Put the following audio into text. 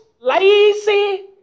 lazy